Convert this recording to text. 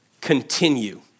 Continue